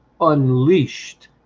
unleashed